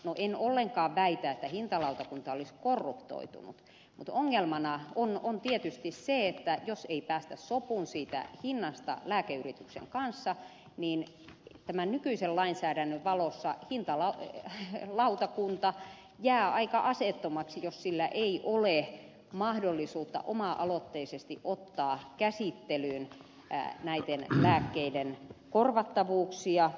en ollenkaan väitä että hintalautakunta olisi korruptoitunut mutta ongelmana on tietysti se että jos ei päästä sopuun siitä hinnasta lääkeyrityksen kanssa niin tämän nykyisen lainsäädännön valossa hintalautakunta jää aika aseettomaksi jos sillä ei ole mahdollisuutta oma aloitteisesti ottaa käsittelyyn näiden lääkkeiden korvattavuuksia